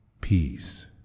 peace